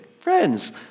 Friends